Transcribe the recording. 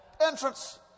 entrance